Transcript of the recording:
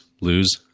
Lose